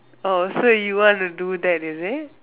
orh so you want to do that is it